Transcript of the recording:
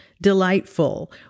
delightful